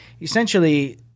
Essentially